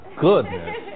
goodness